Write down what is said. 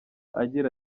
agira